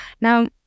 Now